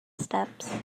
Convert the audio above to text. steps